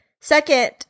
Second